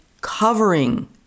covering